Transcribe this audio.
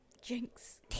Jinx